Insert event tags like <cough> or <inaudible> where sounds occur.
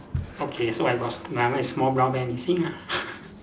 okay so I must ya mine is small brown bear missing ah <laughs>